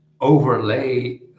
overlay